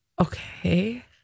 Okay